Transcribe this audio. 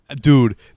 Dude